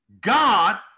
God